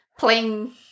playing